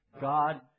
God